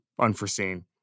unforeseen